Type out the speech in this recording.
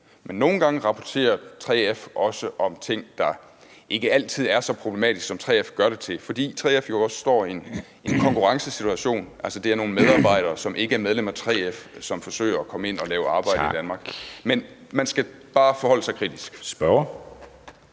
Men nogle gange rapporterer 3F også om ting, der ikke altid er så problematiske, som 3F gør dem til, fordi 3F jo også står i den konkurrencesituation, at det er nogle medarbejdere, der ikke er medlem af 3F, som forsøger at komme ind og lave arbejdet i Danmark. Men man skal bare forholde sig kritisk. Kl.